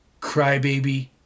crybaby